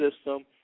system